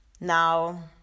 Now